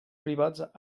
privats